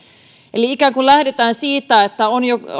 eli ikään kuin lähdetään siitä että on